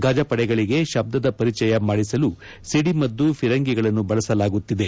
ಗಜಪಡೆಗಳಿಗೆ ಶಬ್ದದ ಪರಿಚಯ ಮಾಡಿಸಲು ಸಿದಮದ್ದು ಧಿರಂಗಿಗಳನ್ನು ಬಳಸಲಾಗುತ್ತಿದೆ